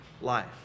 life